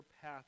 path